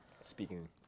speaking